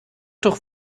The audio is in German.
doch